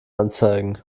anzeigen